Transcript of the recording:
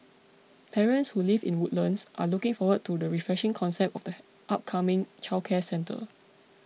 parents who live in Woodlands are looking forward to the refreshing concept of the upcoming childcare centre